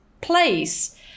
place